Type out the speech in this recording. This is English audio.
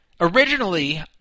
originally